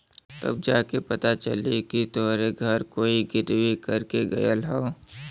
तब जा के पता चली कि तोहरे घर कोई गिर्वी कर के गयल हौ